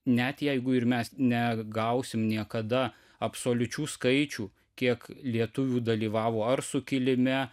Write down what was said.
net jeigu ir mes negausim niekada absoliučių skaičių kiek lietuvių dalyvavo ar sukilime